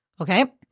Okay